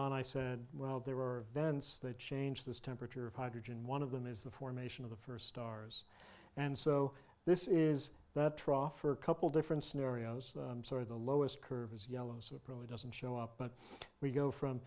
on i said well there are vents that change this temperature of hydrogen one of them is the formation of the first stars and so this is the trough for a couple different scenarios sort of the lowest curve is yellow so it probably doesn't show up but we go from